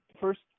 first